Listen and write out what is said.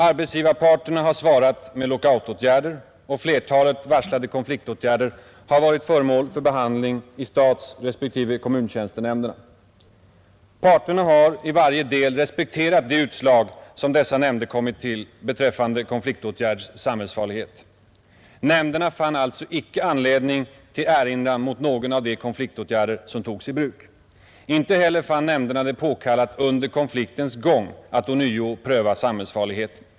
Arbetsgivarparterna har svarat med lockoutåtgärder och flertalet varslade konfliktåtgärder har varit föremål för behandling i statsrespektive kommuntjänstenämnderna. Parterna har i varje del respekterat de utslag som dessa nämnder kommit till beträffande konfliktåtgärds samhällsfarlighet. Nämnderna fann alltså icke anledning till erinran mot någon av de konfliktåtgärder som togs i bruk. Icke heller fann nämnderna det påkallat under konfliktens gång att ånyo pröva samhällsfarligheten.